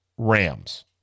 Rams